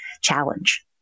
challenge